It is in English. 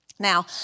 Now